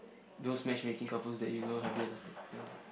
those matchmaking couples that you know have they lasted no